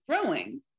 growing